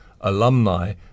alumni